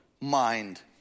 mind